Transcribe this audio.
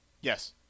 Yes